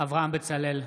אברהם בצלאל,